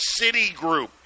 Citigroup